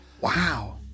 Wow